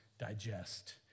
digest